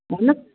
भन्नुहोस्